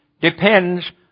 depends